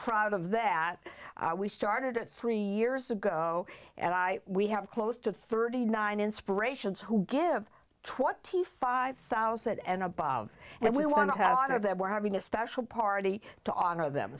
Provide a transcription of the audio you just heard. proud of that we started three years ago and i we have close to thirty nine inspirations who give twenty five thousand and above and we want to pass out of that we're having a special party to honor them